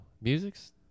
music's